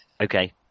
okay